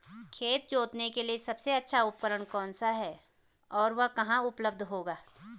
खेत जोतने के लिए सबसे अच्छा उपकरण कौन सा है और वह कहाँ उपलब्ध होगा?